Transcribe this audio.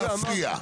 לא להפריע.